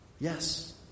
Yes